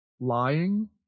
lying